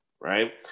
Right